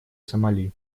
сомали